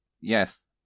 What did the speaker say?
yes